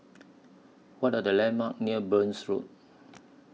What Are The landmarks near Burns Road